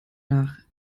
nach